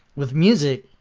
with music,